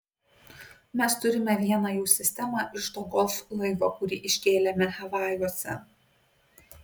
mes turime vieną jų sistemą iš to golf laivo kurį iškėlėme havajuose